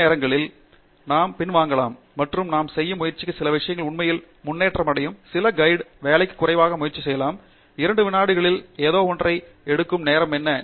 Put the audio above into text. சில நேரங்களில் நாம் பின்வாங்கலாம் மற்றும் நான் செய்ய முயற்சிக்கும் சில விஷயங்கள் உண்மையில் முன்னேற்றமடையும் சில கையேடு வேலைக்கு குறைவாக முயற்சி செய்யலாம் 2 விநாடிகளில் ஏதோவொன்றை எடுக்கும் நேரம் என்ன